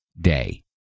day